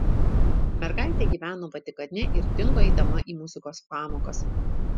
mergaitė gyveno vatikane ir dingo eidama į muzikos pamokas